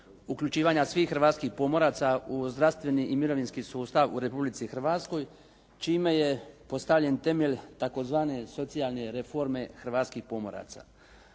uključivanja svih hrvatskih pomoraca u zdravstveni i mirovinski sustav u Republici Hrvatskoj, čime je postavljen temelj tzv. socijalne reforme hrvatskih pomoraca.